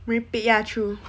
merepek ya true